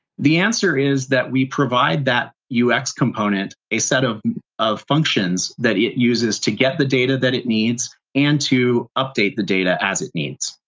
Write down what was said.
the answer is that we provide that ux component a set of of functions that it uses to get the data that it needs and to update the data as it needs.